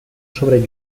sobre